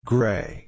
Gray